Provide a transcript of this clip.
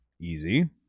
easy